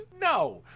No